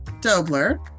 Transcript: Dobler